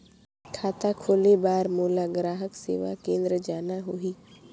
खाता खोले बार मोला ग्राहक सेवा केंद्र जाना होही?